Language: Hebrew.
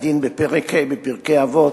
עינוי הדין, בפרק ה' בפרקי אבות: